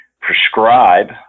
prescribe